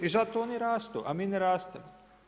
I sada oni rastu a mi ne rastemo.